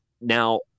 now